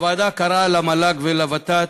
הוועדה קראה למל"ג ולוות"ת,